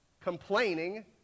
complaining